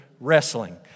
wrestling